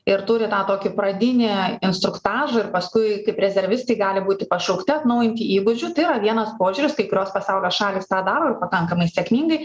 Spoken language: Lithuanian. ir turi tą tokį pradinį instruktažą ir paskui kaip rezervistai gali būti pašaukti atnaujinti įgūdžių tai yra vienas požiūris kai kurios pasaulio šalys tą daro ir pakankamai sėkmingai